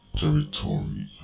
territory